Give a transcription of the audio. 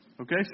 Okay